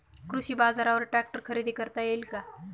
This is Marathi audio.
कृषी बाजारवर ट्रॅक्टर खरेदी करता येईल का?